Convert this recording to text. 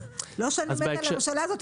לא שאני מתה על הממשלה הזאת,